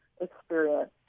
experience